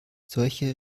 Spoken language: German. solche